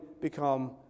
become